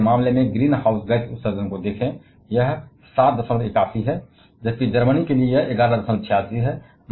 France के मामले में ग्रीनहाउस गैस उत्सर्जन 781 था जबकि जर्मनी के लिए 1146 है